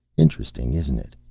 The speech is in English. interesting, isn't it?